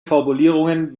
formulierungen